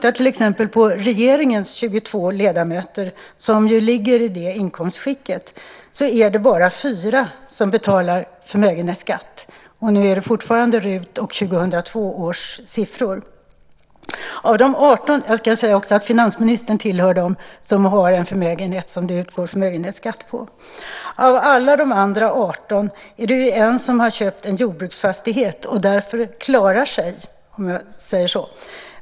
Av till exempel regeringens 22 ledamöter, som ju ligger i det inkomstskicket, är det bara fyra som betalar förmögenhetsskatt. Det är fortfarande uppgifter från RUT och 2002 års siffror. Finansministern tillhör dem som har en förmögenhet som det utgår förmögenhetsskatt på. Av alla de andra 18 är det en som har köpt en jordbruksfastighet och därför "klarar sig", om jag säger så.